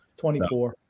24